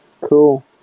cool